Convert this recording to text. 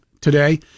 today